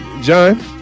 John